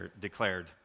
declared